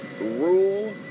rule